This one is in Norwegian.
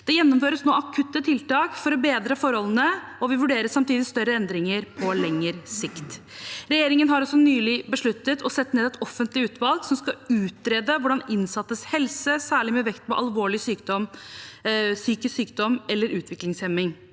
Det gjennomføres nå akutte tiltak for å bedre forholdene, og vi vurderer samtidig større endringer på lengre sikt. Regjeringen har også nylig besluttet å sette ned et offentlig utvalg som skal utrede hvordan innsattes helse, særlig med vekt på alvorlig sykdom, psykisk sykdom eller utviklingshemming,